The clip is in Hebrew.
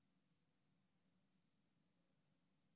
המעסיק